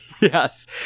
Yes